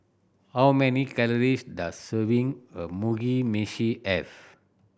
how many calories does serving a Mugi Meshi have